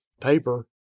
paper